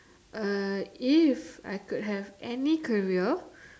uh if I could have any career